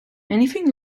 anything